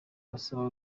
bagasaba